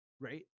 right